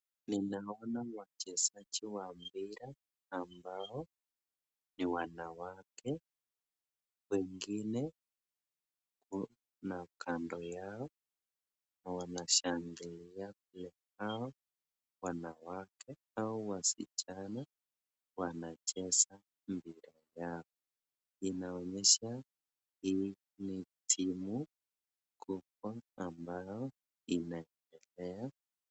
Ninaona wachezaji wa mpira ambao ni wanawake wengine wako kando yao wanashangilia vile hawa wanawake ama wasichana wanacheza mpira yao. Inaonyesha hii ni timu kubwa ambayo inaendelea.